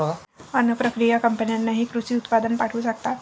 अन्न प्रक्रिया कंपन्यांनाही कृषी उत्पादन पाठवू शकतात